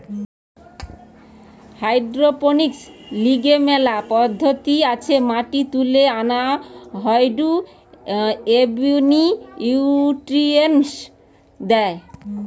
hydroponics লিগে মেলা পদ্ধতি আছে মাটি তুলে আনা হয়ঢু এবনিউট্রিয়েন্টস দেয়